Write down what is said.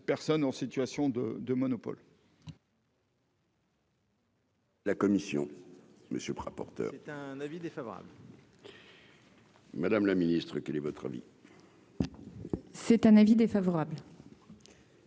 personne en situation de de monopole.